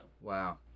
Wow